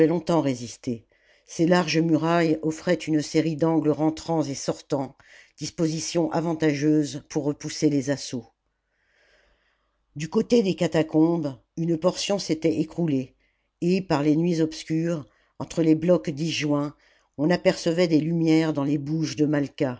longtemps résister ses larges murailles offraient une série d'angles rentrants et sortants disposition avantageuse pour repousser les assauts du côté des catacombes une portion s'était écroulée et par les nuits obscures entre les blocs disjoints on apercevait des lumières dans les bouges de